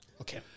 Okay